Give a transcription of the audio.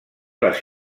les